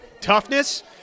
toughness